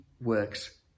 works